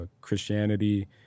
christianity